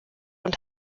und